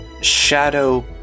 shadow